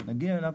כשנגיע אליו.